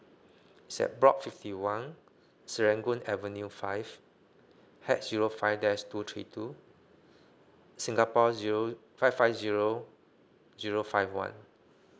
set block fifty one serangoon avenue five hatch zero five dash two three two singapore zero five five zero zero five one